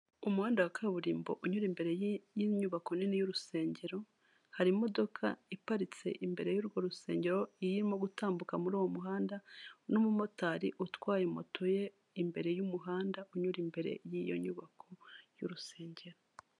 Umuhanda wa kaburimbo unyura imbere y'inyubako nini y'urusengero hari imodoka iparitse imbere y'urwo rusengero irimo gutambuka muri uwo muhanda n'umumotari utwaye moto ye imbere y'umuhanda unyura imbere y'iyo nyubako y'urusengero .